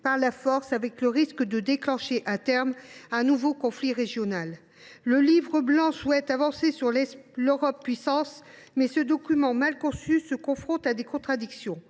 perdus, avec le risque de déclencher à terme un nouveau conflit régional. Le livre blanc souhaite avancer vers l’Europe puissance, mais ce document mal conçu se confronte à des contradictions.